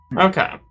Okay